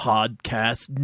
Podcast